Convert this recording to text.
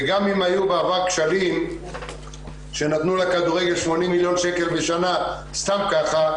וגם אם היו בעבר כשלים שנתנו לכדורגל 80 מיליון שקל בשנה סתם ככה,